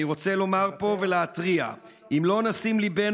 אני רוצה לומר פה ולהתריע: אם לא נשים ליבנו